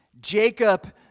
Jacob